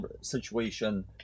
situation